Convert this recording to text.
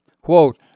Quote